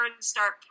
start